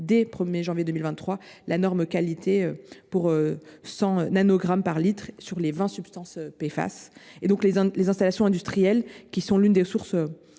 dès le 1 janvier 2023 la norme qualité de 100 nanogrammes par litre sur les 20 substances PFAS. Les installations industrielles, qui sont l’une des sources